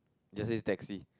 just says taxi